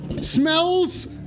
Smells